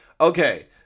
Okay